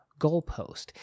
goalpost